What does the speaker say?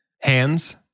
hands